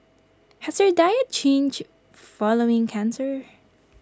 has your diet changed following cancer